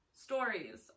stories